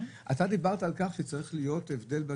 אתה דיברת על כך שצריך להיות הבדל.